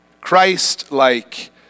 Christ-like